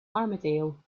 armadale